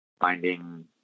finding